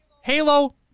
Halo